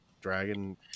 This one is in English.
dragon